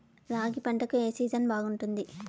రాగి పంటకు, ఏ సీజన్ బాగుంటుంది?